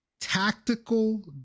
Tactical